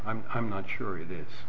i'm i'm not sure it is